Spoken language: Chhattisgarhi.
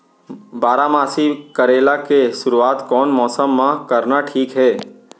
बारामासी करेला के शुरुवात कोन मौसम मा करना ठीक हे?